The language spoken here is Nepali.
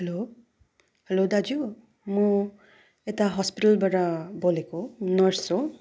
हेलो हेलो दाजु म यता हस्पिटलबाट बोलेको नर्स हो